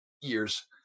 years